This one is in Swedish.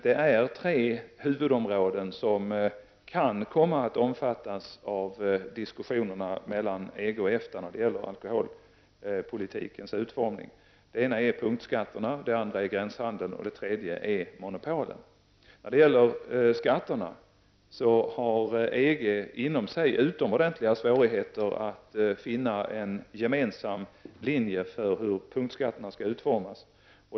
Det är tre huvudområden som kan komma att omfattas av diskussionerna mellan EG och EFTA när det gäller alkoholpolitikens utformning. Det ena är punktskatterna, det andra är gränshandeln och det tredje är monopolen. När det gäller skatterna råder det utomordentliga svårigheter inom EG att finna en gemensam linje för hur punktskatterna skall utformas.